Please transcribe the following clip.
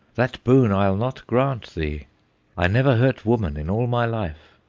that boon i'll not grant thee i never hurt woman in all my life,